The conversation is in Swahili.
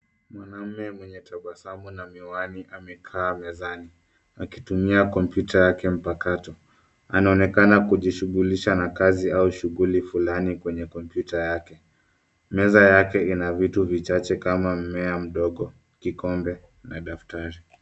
Mwanaume mwenye tabasamu na miwani amekaa mezani akitumia kompyuta yake mpakato. Anaonekana kujishughulisha na kazi au shughuli fulani kwenye kompyuta yake. Meza yake ina vitu vichache kama mmea mdogo, kikombe na daftari.